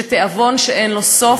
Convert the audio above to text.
שתיאבון שאין לו סוף,